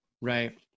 Right